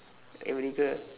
america